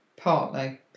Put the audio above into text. Partly